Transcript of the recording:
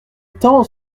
temps